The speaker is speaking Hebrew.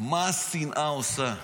מה השנאה עושה.